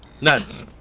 nuts